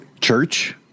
Church